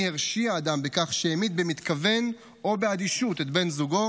הרשיע אדם בכך שהמית במתכוון או באדישות את בן זוגו,